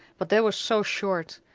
but they were so short,